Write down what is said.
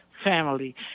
family